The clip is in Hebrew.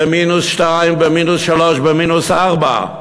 במינוס שתיים, במינוס שלוש, במינוס ארבע,